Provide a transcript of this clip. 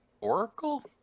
Oracle